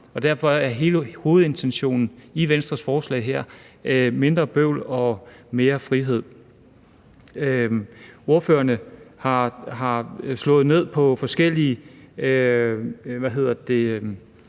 Derfor er hele hovedintentionen i Venstres forslag: mindre bøvl og mere frihed. Ordførerne har slået ned på forskellige